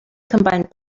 combined